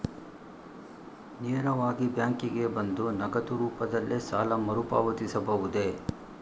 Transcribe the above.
ನೇರವಾಗಿ ಬ್ಯಾಂಕಿಗೆ ಬಂದು ನಗದು ರೂಪದಲ್ಲೇ ಸಾಲ ಮರುಪಾವತಿಸಬಹುದೇ?